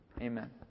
Amen